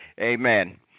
Amen